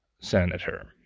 Senator